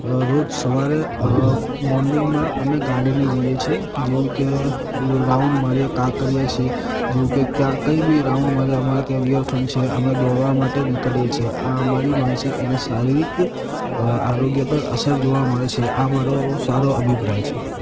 રોજ સવારે મોર્નિંગમાં અમે ગાર્ડને જઈએ છીએ જેવુ કે રાઉન્ડ મારીએ કાંકરીયા છે જેવું કે ત્યાં કંઇ બી રાઉન્ડ માર્યા અમારે ત્યાં રીવરફ્રન્ટ છે અમે દોડવા માટે નીકળીએ છીએ આ મારી માનસિક અને શારીરિક આરોગ્ય પર અસર જોવા મળે છે આ મારો સારો અભિપ્રાય છે